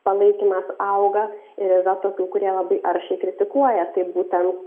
palaikymas auga ir yra tokių kurie labai aršiai kritikuoja tai būtent